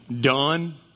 done